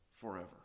forever